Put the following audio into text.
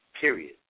period